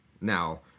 Now